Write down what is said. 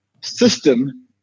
system